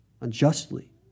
unjustly